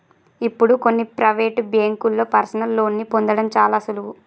ఇప్పుడు కొన్ని ప్రవేటు బ్యేంకుల్లో పర్సనల్ లోన్ని పొందడం చాలా సులువు